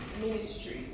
ministry